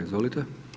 Izvolite.